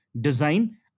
design